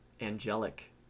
angelic